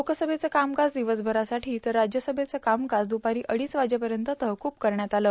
लोकसभेचं कामकाज दिवसभरासाठी तर राज्यसभेचं कामकाज दुपारी अडीच वाजेपर्यंत तहकूब करण्यात आलं